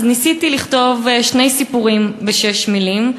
אז ניסיתי לכתוב שני סיפורים בשש מילים.